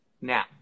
Now